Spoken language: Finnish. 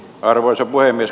arvoisa puhemies